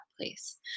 place